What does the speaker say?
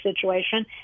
situation